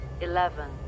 Eleven